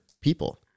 people